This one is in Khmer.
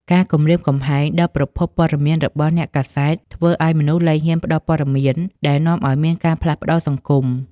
ការគំរាមកំហែងដល់ប្រភពព័ត៌មានរបស់អ្នកកាសែត ធ្វើឱ្យមនុស្សលែងហ៊ានផ្តល់ព័ត៌មានដែលនាំឱ្យមានការផ្លាស់ប្តូរសង្គម។